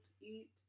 eat